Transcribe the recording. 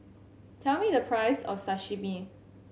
tell me the price of Sashimi